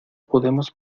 podemos